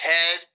Head